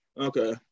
Okay